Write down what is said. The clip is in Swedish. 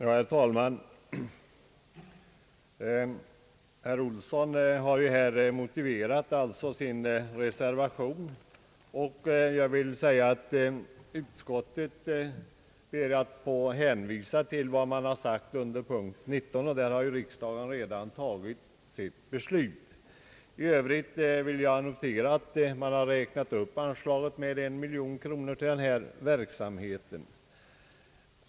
Herr talman! Herr Johan Olsson motiverade sina reservationer. Jag vill peka på att utskottet hänvisar till vad man har skrivit under punkten 19, där riksdagen redan har fattat sitt beslut. I övrigt noterar jag att anslaget har räknats upp med en miljon kronor till ungdomens fritidsverksamhet.